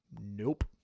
nope